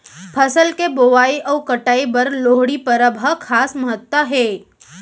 फसल के बोवई अउ कटई बर लोहड़ी परब ह खास महत्ता हे